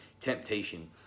temptation